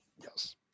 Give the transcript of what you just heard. Yes